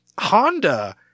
Honda